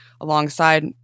alongside